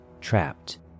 trapped